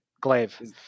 Glaive